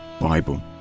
Bible